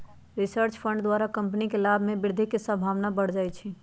research fund द्वारा company के लाभ में वृद्धि के संभावना बढ़ जाइ छइ